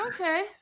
okay